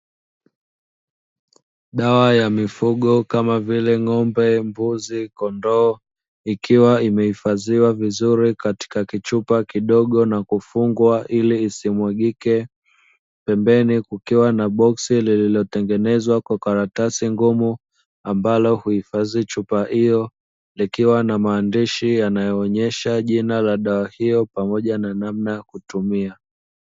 Dawa ya mifugo kama vile ng'ombe mbuzi kondoo ikiwa imehifadhiwa vizuri katika kichupa kidogo na kufungwa ili isimwagike, pembeni kukiwa na boksi lililotengenezwa kwa karatasi ngumu ambalo huifadhi chupa hiyo likiwa na maandishi yanayoonyesha jina la dawa hiyo, pamoja na namna ya kutumia.